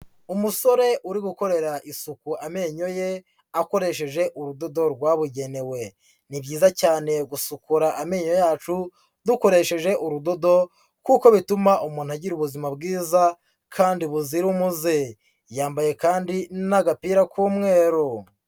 Umusore uri gukorera isuku amenyo ye akoresheje urudodo rwabugenewe, ni byiza cyane gusukura amenyo yacu dukoresheje urudodo, kuko bituma umuntu agira ubuzima bwiza kandi buzira umuze, yambaye kandi n'agapira k'umweru.